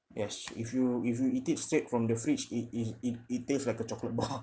yes if you if you eat it straight from the fridge it it it it taste like a chocolate bar